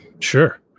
sure